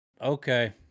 Okay